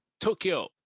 Tokyo